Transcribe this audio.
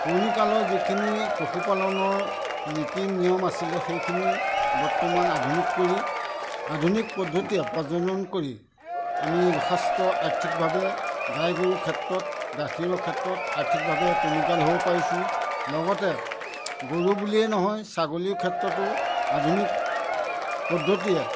পুৰণিকালৰ যিখিনি পশুপালনৰ নীতি নিয়ম আছিলে সেইখিনি বৰ্তমান আধুনিক কৰি আধুনিক পদ্ধতিৰে প্ৰজনন কৰি আমি যথেষ্ট আৰ্থিকভাৱে গাই গৰুৰ ক্ষেত্ৰত গাখীৰৰ ক্ষেত্ৰত আৰ্থিকভাৱে টনকিয়াল হ'ব পাৰিছোঁ লগতে গৰু বুলিয়েই নহয় ছাগলীৰ ক্ষেত্ৰতো আধুনিক পদ্ধতিয়ে